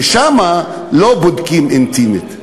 ששם לא בודקים בדיקה אינטימית.